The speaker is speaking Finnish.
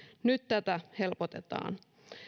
nyt tätä helpotetaan